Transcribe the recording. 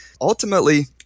ultimately